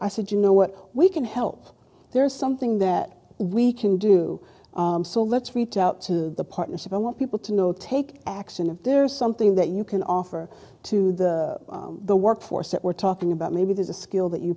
i said you know what we can help there's something that we can do so let's reach out to the partnership i want people to know take action if there's something that you can offer to the the workforce that we're talking about maybe there's a skill that you